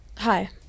Hi